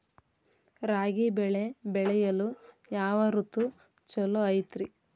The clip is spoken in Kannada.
ರಾಗಿ ಬೆಳೆ ಬೆಳೆಯಲು ಯಾವ ಋತು ಛಲೋ ಐತ್ರಿ?